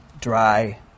dry